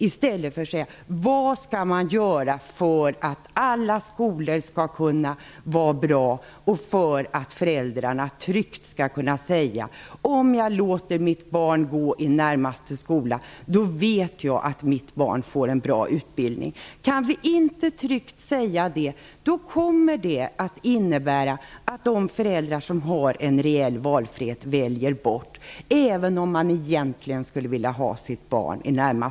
I stället borde hon säga: Vad skall vi göra för att alla skolor skall vara bra och för att föräldrarna tryggt skall kunna veta att barnet, om det går i närmaste skola, får en bra utbildning? Om vi inte kan garantera detta kommer det att innebära att de föräldrar som har en reell valfrihet väljer bort den närmaste skolan, även om de skulle vilja ha sina barn där.